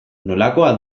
nolakoa